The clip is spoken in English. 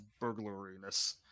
burglariness